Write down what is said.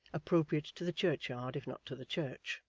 appropriate to the churchyard, if not to the church,